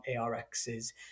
ARX's